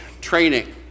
training